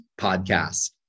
podcasts